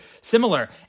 similar